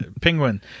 Penguin